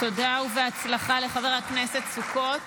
תודה ובהצלחה לחבר הכנסת סוכות.